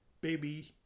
baby